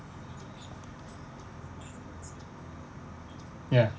ya